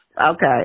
Okay